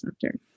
center